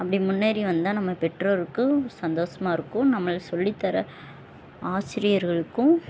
அப்படி முன்னேறி வந்தால் நம்ம பெற்றோருக்கு சந்தோஷமா இருக்கும் நம்மளுக்கு சொல்லித் தர ஆசிரியர்களுக்கும்